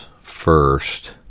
first